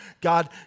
God